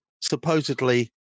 supposedly